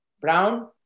brown